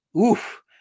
oof